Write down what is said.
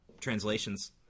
translations